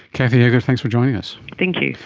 kathy eagar, thanks for joining us. thank you.